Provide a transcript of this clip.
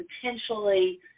potentially